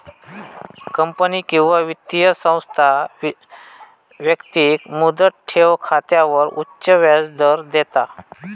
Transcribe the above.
company किंवा वित्तीय संस्था व्यक्तिक मुदत ठेव खात्यावर उच्च व्याजदर देता